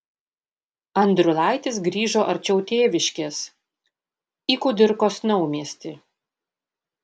andriulaitis grįžo arčiau tėviškės į kudirkos naumiestį